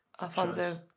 Alfonso